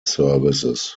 services